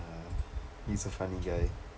ya he's a funny guy